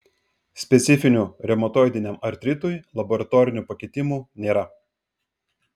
specifinių reumatoidiniam artritui laboratorinių pakitimų nėra